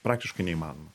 praktiškai neįmanoma